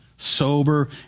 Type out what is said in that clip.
Sober